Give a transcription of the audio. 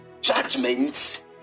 judgments